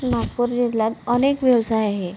नागपूर जिल्ह्यात अनेक व्यवसाय आहे